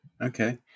Okay